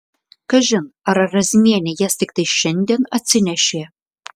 kažin ar razmienė jas tiktai šiandien atsinešė